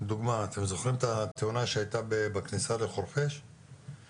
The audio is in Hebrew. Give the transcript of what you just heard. אתם זוכרים את התאונה שהייתה בכניסה לחורפיש,